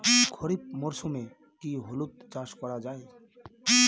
খরিফ মরশুমে কি হলুদ চাস করা য়ায়?